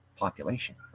population